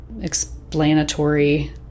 explanatory